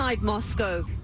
Moscow